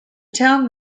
town